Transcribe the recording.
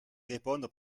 répondre